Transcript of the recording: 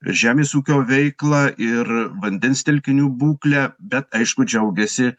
žemės ūkio veiklą ir vandens telkinių būklę bet aišku džiaugiasi